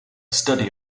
study